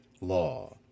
law